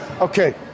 Okay